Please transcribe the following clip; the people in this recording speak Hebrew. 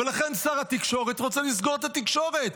ולכן שר התקשורת רוצה לסגור את התקשורת.